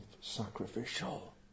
sacrificial